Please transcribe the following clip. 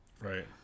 Right